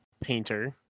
painter